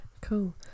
Cool